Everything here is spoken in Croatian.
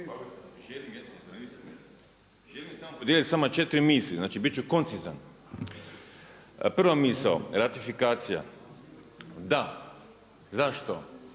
uključen./ … samo četiri misli, znači bit ću koncizan. Prva misao, ratifikacija, da. Zašto?